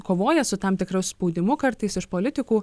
kovoja su tam tikru spaudimu kartais iš politikų